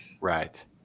Right